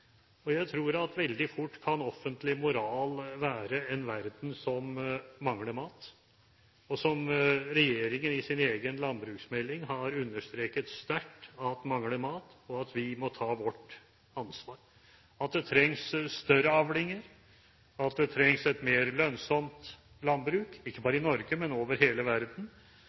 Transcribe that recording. sammenhengen? Jeg tror at offentlig moral veldig fort kan dreie seg om en verden som mangler mat, og som regjeringen i sin egen landbruksmelding har understreket sterkt mangler mat, og at vi må ta vårt ansvar – at det trengs større avlinger, at det trengs et mer lønnsomt landbruk, ikke bare i Norge, men over hele verden,